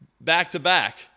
back-to-back